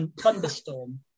Thunderstorm